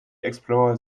explorer